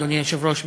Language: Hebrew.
אדוני היושב-ראש,